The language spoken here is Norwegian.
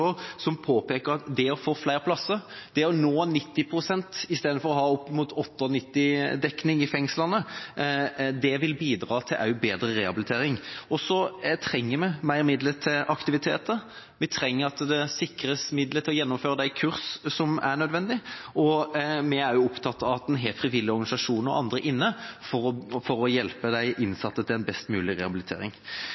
som påpeker at det å få flere plasser, det å nå 90 pst. istedenfor å ha opp mot 98 pst. dekning i fengslene, vil bidra til også bedre rehabilitering. Vi trenger mer midler til aktiviteter, vi trenger å sikre midler til å gjennomføre de kurs som er nødvendige, og vi er også opptatt av at en har frivillige organisasjoner og andre inne for å hjelpe de innsatte til en best mulig rehabilitering.